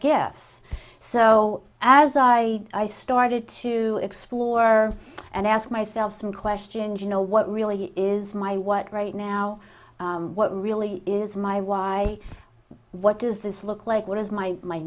gifts so as i i started to explore and ask myself some questions you know what really is my what right now what really is my why what does this look like what is my